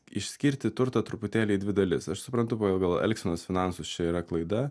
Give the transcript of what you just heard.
išskirti turtą truputėlį į dvi dalis aš suprantu pagal elgsenos finansus čia yra klaida